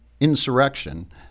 insurrection